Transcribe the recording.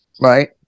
right